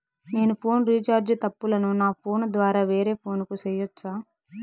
నేను phone recharge తప్పులను నా ఫోను ద్వారా వేరే ఫోను కు సేయొచ్చా?